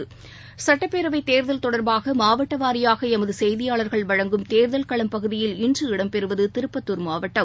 கேர்தல் களம் சுட்டப்பேரவைத் தேர்தல் தொடர்பாக மாவட்ட வாரியாக எமது செய்தியாளர்கள் வழங்கும் தேர்தல் களம் பகுதியில் இன்று இடம் பெறுவது திருப்பத்தூர் மாவட்டம்